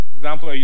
Example